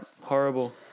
horrible